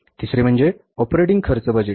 तर तिसरे म्हणजे ऑपरेटिंग खर्च बजेट